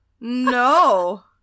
no